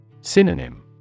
Synonym